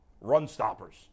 run-stoppers